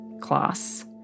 class